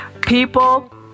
People